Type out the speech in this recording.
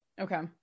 Okay